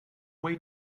way